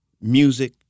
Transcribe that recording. Music